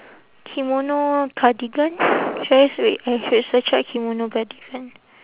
kimono cardigan should I wait I should search up kimono cardigan